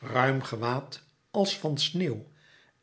ruim gewaad als van sneeuw